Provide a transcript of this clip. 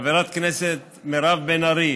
חברת הכנסת מירב בן ארי?